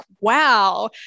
wow